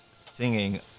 Singing